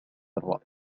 الرأي